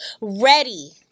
ready